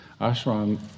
ashram